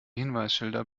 hinweisschilder